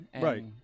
right